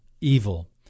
evil